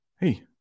hey